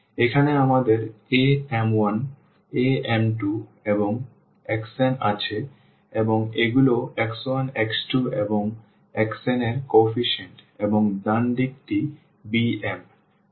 সুতরাং এখানে আমাদের am1 am2 এবং xn আছে এবং এগুলো x1 x2 এবং xn এর কোএফিসিয়েন্ট এবং ডান দিকটি bm